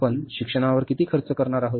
आपण शिक्षणावर किती खर्च करणार आहोत